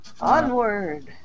Onward